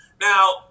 now